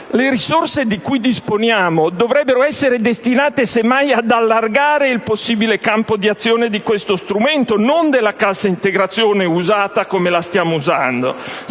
Le risorse di cui disponiamo dovrebbero essere destinate, semmai, ad allargare il possibile campo d'azione di questo strumento, non della cassa integrazione usata come la stiamo usando,